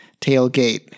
Tailgate